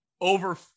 over